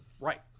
Right